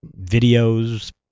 videos